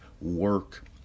work